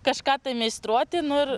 kažką tai meistruoti nu ir